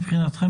מבחינתכם,